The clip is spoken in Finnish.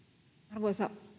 arvoisa